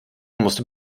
musste